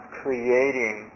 creating